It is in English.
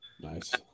nice